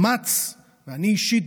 וגם אני אישית,